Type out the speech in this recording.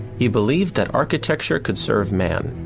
he believed that architecture could serve man.